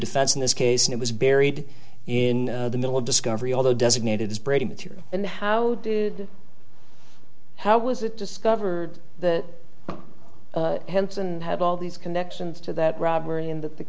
defense in this case and it was buried in the middle of discovery although designated as brady material and how how was it discovered that henson have all these connections to that robbery and the